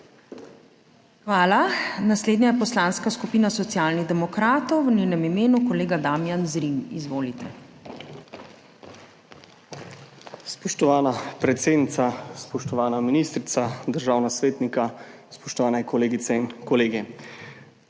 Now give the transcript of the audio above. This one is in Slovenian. Hvala. Naslednja je Poslanska skupina Socialnih demokratov, v njenem imenu kolega Damijan Zrim. Izvolite. DAMIJAN ZRIM (PS SD): Spoštovana predsednica, spoštovana ministrica, državna svetnika, spoštovane kolegice in kolegi!